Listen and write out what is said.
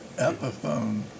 Epiphone